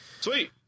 Sweet